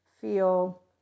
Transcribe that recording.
feel